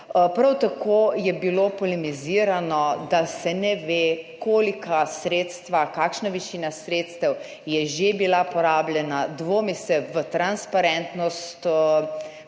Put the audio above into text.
Prav tako je bilo polemizirano, da se ne ve, kakšna višina sredstev je že bila porabljena. Dvomi se v transparentnost